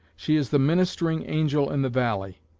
she is the ministering angel in the valley.